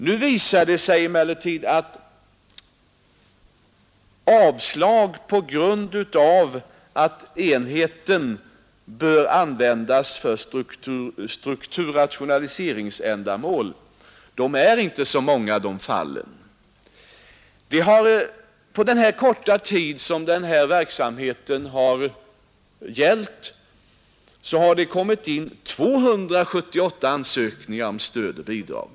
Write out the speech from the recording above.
Nu visar det sig emellertid att de fall, då avslag skett på grund av att enheten bör användas för strukturrationaliseringsändamål, inte är så många. Under den korta tid som verksamheten hittills har fungerat har det kommit in 278 ansökningar om stöd och bidrag.